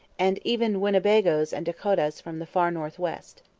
and even winnebagoes and dakotahs from the far north-west.